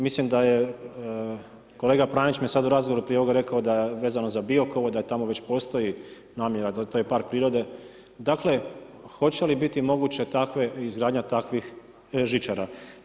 Mislim da je kolega Pranić mi je sad u razgovoru prije ovoga rekao vezano za Biokovo da tamo već postoji namjera, dobro to je park prirode, dakle hoće li biti moguće izgradnja takvih žičara?